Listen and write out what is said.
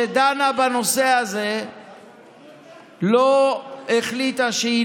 ועדת השרים שדנה בנושא הזה לא החליטה שהיא